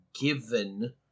given